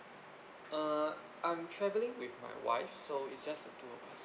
uh I'm travelling with my wife so it's just the two of us